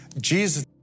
Jesus